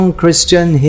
Christian